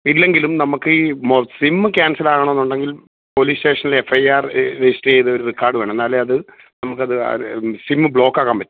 ഇല്ലെങ്കിലും നമുക്ക് ഈ മൊ സിം ക്യാൻസൽ ആകണമെന്നുണ്ടെങ്കിൽ പോലീസ് സ്റ്റേഷനീ എഫ് ഐ ആര് ര രജിസ്റ്റര് ചെയ്ത ഒരു റെക്കോര്ഡ് വേണം എന്നാലെ അത് നമുക്കത് സിം ബ്ലോക്ക് ആക്കാന് പറ്റൂ